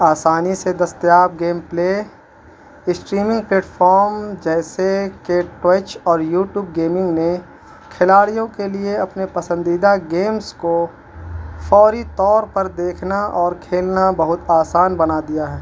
آسانی سے دستیاب گیم پلے اسٹریمنگ پلیٹفام جیسے کہ ٹوچ اور یوٹیوب گیمنگ نے کھلاڑیوں کے لیے اپنے پسندیدہ گیمس کو فوری طور پر دیکھنا اور کھیلنا بہت آسان بنا دیا ہے